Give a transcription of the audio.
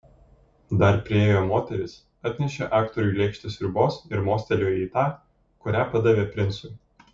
dar priėjo moteris atnešė aktoriui lėkštę sriubos ir mostelėjo į tą kurią padavė princui